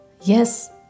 yes